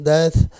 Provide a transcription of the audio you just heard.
Death